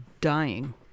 dying